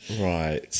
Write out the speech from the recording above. Right